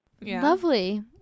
Lovely